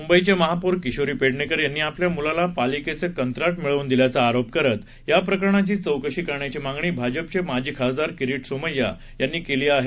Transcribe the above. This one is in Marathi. मुंबईच्या महापौर किशोरी पेडणेकर यांनी आपल्या मुलाला पालिकेचं कंत्राट मिळवून दिल्याचा आरोप करत या प्रकरणाची चौकशी करण्याची मागणी भाजपचे माजी खासदार किरीट सोमय्या यांनी केली आहे